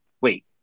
wait